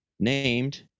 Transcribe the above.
Named